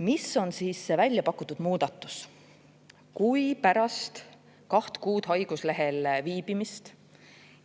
Mis on see väljapakutud muudatus? Kui pärast kaht kuud haiguslehel viibimist